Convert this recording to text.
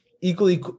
equally